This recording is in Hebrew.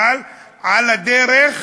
אבל על הדרך,